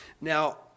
Now